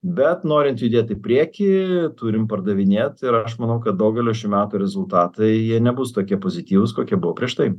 bet norint judėt į priekį turim pardavinėt ir aš manau kad daugelio šių metų rezultatai jie nebus tokie pozityvūs kokie buvo prieš tai